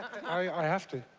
i have to.